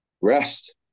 rest